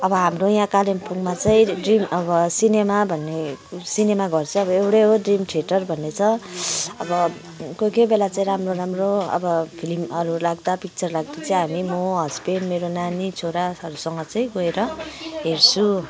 अब हाम्रो यहाँ कालिम्पोङमा चाहिँ ड्रिम अब सिनेमा भन्ने सिनेमा घर चाहिँ अब एउटै हो ड्रिम थिएटर भन्ने छ अब कोही कोही बेला चाहिँ राम्रो राम्रो अब फिलिमहरू लाग्दा पिकचर लाग्दा चाहिँ हामी म हस्बेन्ड मेरो नानी छोराहरूसँग चाहिँ गएर हेर्छु